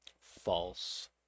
False